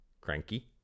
cranky